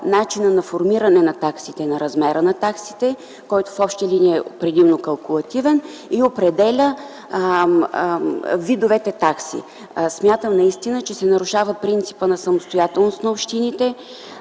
начина на формиране на размера на таксите, който в общи линии предимно е калкулативен, и определя видовете такси. Смятам, че се нарушава принципът на самостоятелност на общините